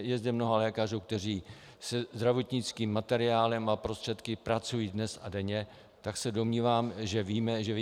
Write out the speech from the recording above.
Je zde mnoho lékařů, kteří se zdravotnickým materiálem a prostředky pracují dnes a denně, tak se domnívám, že víme, o co jde.